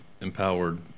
empowered